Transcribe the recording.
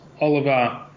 Oliver